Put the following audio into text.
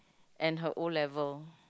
and her O-level